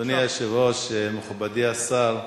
אדוני היושב-ראש, מכובדי השר,